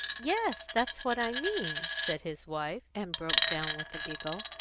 yes, that's what i mean, said his wife, and broke down with a giggle.